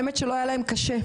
האמת שלא היה להם קשה,